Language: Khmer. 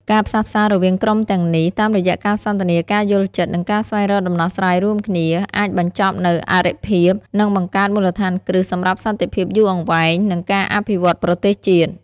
ការផ្សះផ្សារវាងក្រុមទាំងនេះ តាមរយៈការសន្ទនា ការយល់ចិត្ត និងការស្វែងរកដំណោះស្រាយរួមគ្នា អាចបញ្ចប់នូវអរិភាព និងបង្កើតមូលដ្ឋានគ្រឹះសម្រាប់សន្តិភាពយូរអង្វែង និងការអភិវឌ្ឍន៍ប្រទេសជាតិ។